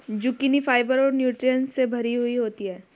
zucchini fiber और nutritions से भरी हुई होती है